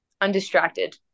Undistracted